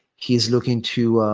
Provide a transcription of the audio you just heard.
he's looking to